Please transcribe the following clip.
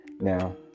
Now